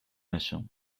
machin